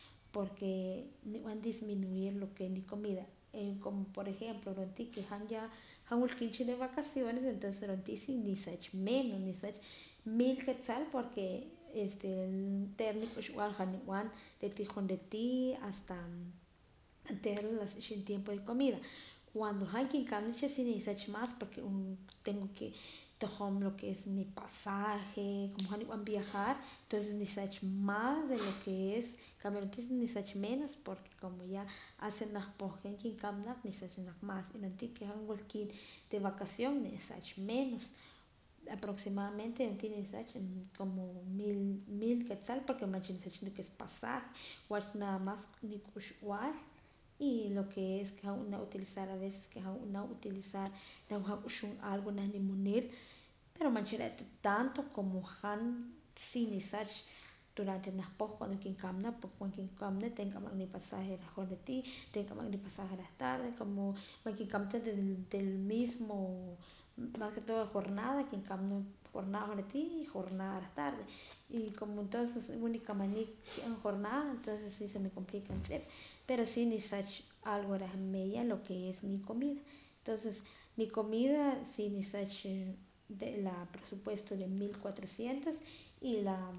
Porke nib'an disminuir lo ke re' nicomida e como por ejemplo ro'ntii ke han ya han wulkiim cha de vacaciones entonces ro'ntii si ni sach menos ni sach mil quetzal porke este ee onteera nik'uxb'al han nib'an re' tii jonre tii hast onteera las ixib' timpeo de comidas cunado han kinkamana wuche' si nisach mas porke ru'uum tengo ke ntojom ntojom lo ke es ni pasaje como han nib'an viajar entonces ni sach maas de lo ke es en cambio ro'ntii si sach menos porke como ya hace naj poh ke han kinkamana naq nisach naq maas y ro'ntii ke han wilkiim de vacacion nisach menos aproximadamente ro'ntii nisach como mil mil quetzal porke man cha ni sach ta lo ke re' pasaje wach nada mas nik'uxb'aal y lo ke es ke han nb'anam utilizar aveces ke han nb'anam utilizar reh nwajaam nk'uxum algo naj nimunil pero man cha re' ta tanto como jan si ni sach durante janaj poh cuando kinkamana porke cuando kinkamana tengo ke nk'amanka ni pasaje reh jonre tii tengo ke nk'amankakinkamana jornada jonre tii y jornada reh tarde y como entonces ni kamaniik ki'am jornada entonces si se me complica juntz'ip pero si ni sach algo reh meeya en lo ke es ni comida tonces ni comida si ni sach re' la presupuesto de mil cuatrocientos y la